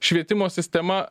švietimo sistema